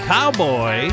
Cowboy